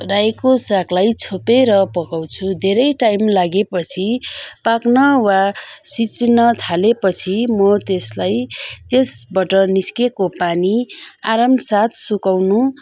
रायोको सागलाई छोपेर पकाउँछु धेरै टाइम लागे पछि पाक्न वा सिच्न थाले पछि म त्यसलाई त्यसबाट निस्किएको पानी आरामसाथ सुकाउनु